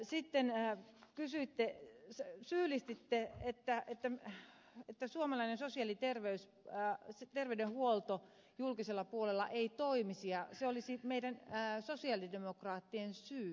sitten syyllistitte että suomalainen sosiaali ja terveydenhuolto julkisella puolella ei toimisi ja se olisi meidän sosialidemokraattien syy